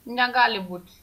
negali būt